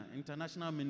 International